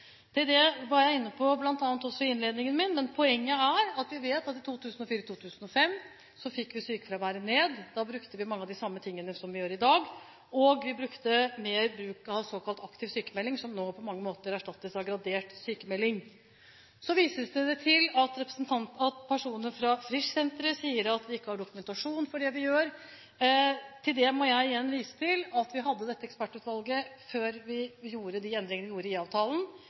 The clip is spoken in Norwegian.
Det var jeg bl.a. inne på i innledningen min. Men poenget er at vi vet at vi i 2004–2005 fikk sykefraværet ned. Da brukte vi mye av det samme som vi gjør i dag, og vi gjorde mer bruk av aktiv sykmelding, som nå på mange måter erstattes av gradert sykmelding. Så vises det til at personer fra Frischsenteret sier at vi ikke har dokumentasjon for det vi gjør. Til det må jeg igjen vise til at vi hadde et ekspertutvalg før vi gjorde de endringene vi gjorde i